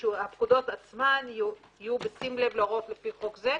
ושהפקודות עצמן יהיו בשים לב להוראות לפי חוק זה,